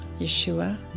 Yeshua